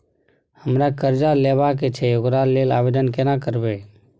हमरा कर्जा लेबा के छै ओकरा लेल आवेदन केना करबै?